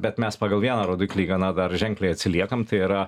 bet mes pagal vieną rodiklį gana dar ženkliai atsiliekam tai yra